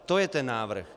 To je ten návrh.